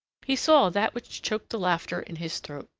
he saw that which choked the laughter in his throat.